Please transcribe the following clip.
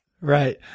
Right